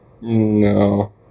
No